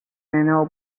annual